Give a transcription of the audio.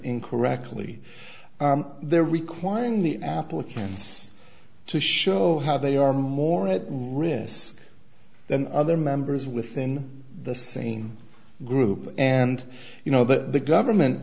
incorrectly they're requiring the applications to show how they are more at risk than other members within the same group and you know that the government